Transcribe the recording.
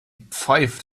pfeift